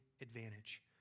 advantage